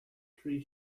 three